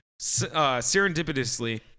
serendipitously